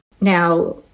Now